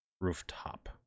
rooftop